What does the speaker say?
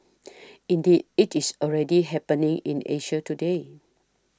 indeed it's already happening in Asia today